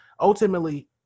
ultimately